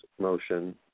motion